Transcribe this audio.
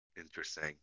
Interesting